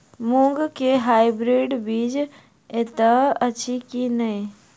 मूँग केँ हाइब्रिड बीज हएत अछि की नै?